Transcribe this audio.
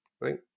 right